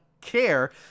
care